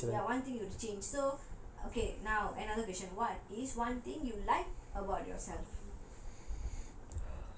ya what is one thing you wanna change okay so now another question what is one thing you like about yourself